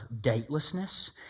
datelessness